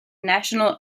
national